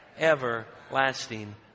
everlasting